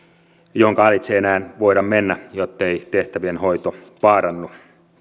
jonka alitse ei enää voida mennä jottei tehtävien hoito vaarannu